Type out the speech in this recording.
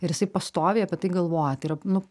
ir jisai pastoviai apie tai galvoja tai yra nu